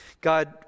god